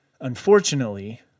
Unfortunately